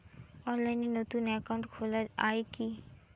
অনলাইনে নতুন একাউন্ট খোলা য়ায় কি?